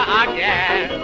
again